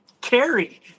carry